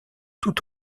tout